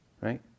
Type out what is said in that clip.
right